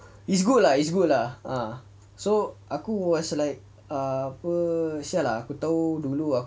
it's good lah it's good lah uh so aku was like err apa !siala! aku tahu dulu aku